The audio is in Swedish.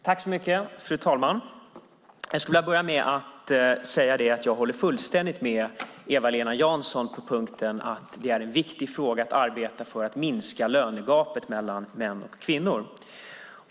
Fru talman! Jag skulle vilja börja med att säga att jag fullständigt håller med Eva-Lena Jansson om att det är en viktig fråga att arbeta för att minska lönegapet mellan män och kvinnor.